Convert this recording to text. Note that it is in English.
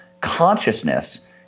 Consciousness